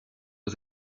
aux